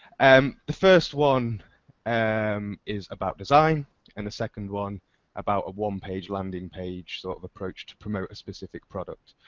um the first one and is about design and the second one about a one page landing page sort of approach to promote a specific product.